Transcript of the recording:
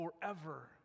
forever